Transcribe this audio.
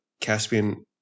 Caspian